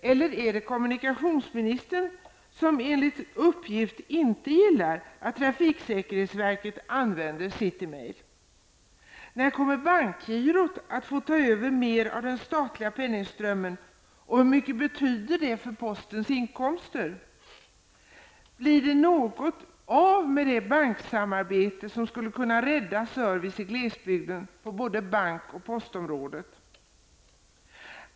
Eller är det kommunikationsministern som enligt uppgift inte gillar att trafiksäkerhetsverket använder City Mail? När kommer bankgirot att få ta över mer av den statliga penningströmmen, och hur mycket skulle det betyda för postens inkomster? Blir det något av med det banksamarbete som skulle kunna rädda service i glesbygden på både bank och postområdet?